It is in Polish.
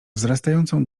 wzrastającą